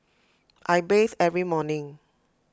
I bathe every morning